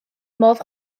modd